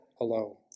alone